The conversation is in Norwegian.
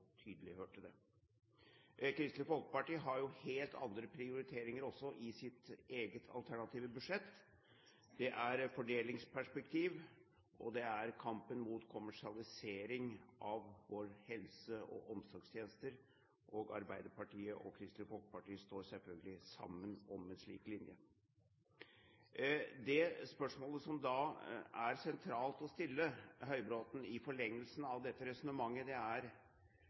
tydelig hørte det. Kristelig Folkeparti har helt andre prioriteringer også i sitt eget alternative budsjett. Det er fordelingsperspektiv og det er kampen mot kommersialisering av våre helse- og omsorgstjenester. Arbeiderpartiet og Kristelig Folkeparti står selvfølgelig sammen om en slik linje. Det spørsmålet som det i forlengelsen av dette resonnementet er sentralt å stille Høybråten,